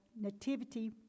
nativity